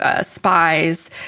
spies